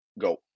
go